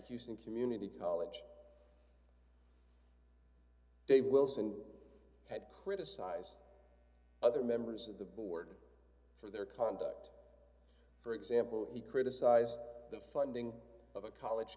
using community college day wilson had criticized other members of the board for their conduct for example he criticized the funding of a college